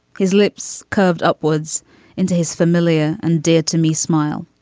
his lips curved upwards into his familiar and dear to me. smile.